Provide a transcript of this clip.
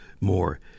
more